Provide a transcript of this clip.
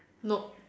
nope